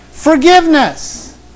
Forgiveness